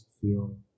feel